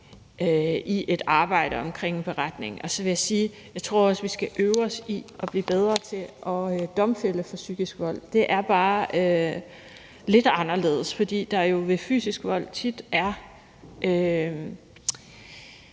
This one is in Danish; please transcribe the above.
i et arbejde omkring en beretning. Jeg vil også sige, at jeg tror, vi skal øve os i at blive bedre til at domfælde for psykisk vold. Det er bare lidt anderledes, fordi der jo ved fysisk vold tit er